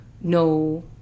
no